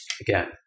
again